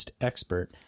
expert